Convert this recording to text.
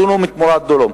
דונם תמורת דונם.